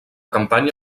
campanya